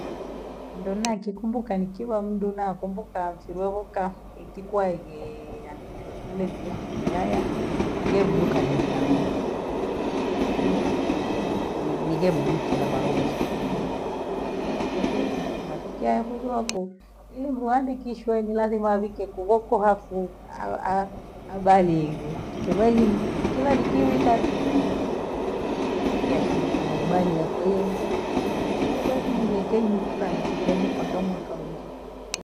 Ndo nachikunde kanu kila mdu nakumbuka chileoka itikwagee yani ishuashunde muyesi mkiaya nigeibuka gisang'oo, nii yani ni- nigei ibunkela balobhosha sulubiliani, washumbwe naitoki tunafikia yakoboko, hii mugwandikishwe giazime avike kubuku hafu auhaaa audalihu kipajini kila nikivika hizi ashindikana hebarya, kwa hiyo niule basi niweke yumfwa nikishabu takuwa mwaka ungi.